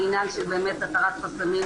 על עניין של התרת חסמים,